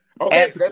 Okay